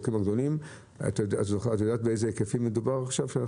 את יודעים על איזה היקפים מדברים עכשיו?